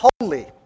holy